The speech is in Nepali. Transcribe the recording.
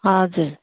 हजुर